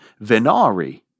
venari